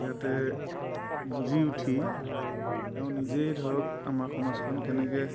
ইয়াতে বুজি উঠি তেওঁ নিজেই ধৰক আমাৰ সমাজখন কেনেকৈ